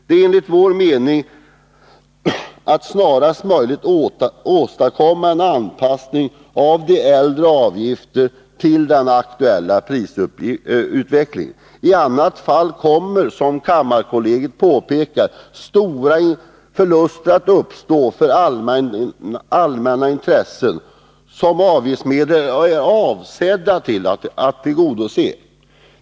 Det är enligt vår mening nödvändigt att snarast möjligt åstadkomma en anpassning av äldre avgifter till den aktuella prisutvecklingen. I annat fall kommer, som kammarkollegiet påpekar, stora förluster att uppstå för de allmänna intressen som avgiftsmedlen är avsedda att tillgodose.